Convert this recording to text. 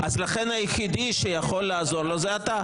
היחידי שיכול לעזור לו, זה אתה.